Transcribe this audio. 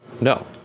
no